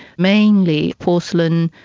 mainly porcelain,